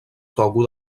togo